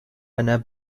einer